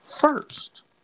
first